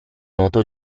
noto